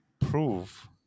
prove